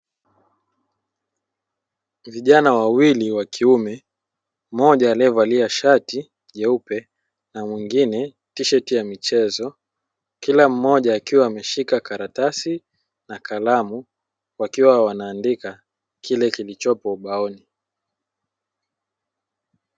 Vijana wawili wa kiume, mmoja aliyevalia shati jeupe na mwingine tisheti ya michezo, kila mmoja akiwa ameshika karatasi na kalamu wakiwa wanaandika kile kilichopo ubaoni.